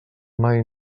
mai